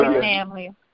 family